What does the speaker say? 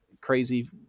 crazy